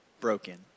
broken